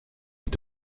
est